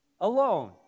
alone